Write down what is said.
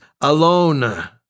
alone